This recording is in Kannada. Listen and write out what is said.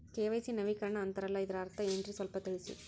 ಕೆ.ವೈ.ಸಿ ನವೀಕರಣ ಅಂತಾರಲ್ಲ ಅದರ ಅರ್ಥ ಏನ್ರಿ ಸ್ವಲ್ಪ ತಿಳಸಿ?